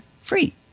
free